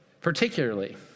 Particularly